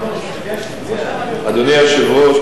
אדוני היושב-ראש,